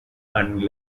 and